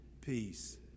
peace